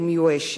מיואשת?